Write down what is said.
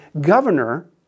governor